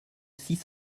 six